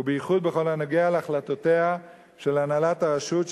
ובייחוד בכל הנוגע להחלטותיה של הנהלת הרשות,